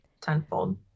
tenfold